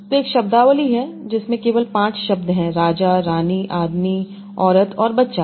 तो एक शब्दावली है जिसमें केवल पाँच शब्द हैं राजा रानी आदमी औरत और बच्चा